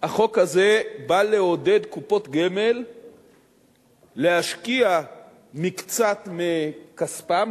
החוק הזה בא לעודד קופות גמל להשקיע מקצת מכספן,